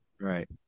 Right